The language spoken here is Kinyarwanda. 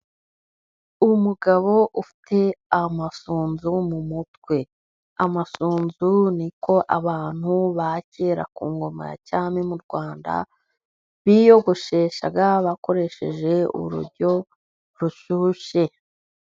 Umugabo ufite amasunzu mu mutwe. Amasunzu ni ko abantu ba kera ku ngoma ya cyami mu Rwanda biyogosheshaga, bakoresheje urujyo rushyushe.